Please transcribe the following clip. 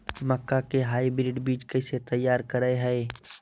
मक्का के हाइब्रिड बीज कैसे तैयार करय हैय?